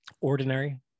ordinary